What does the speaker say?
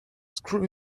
screw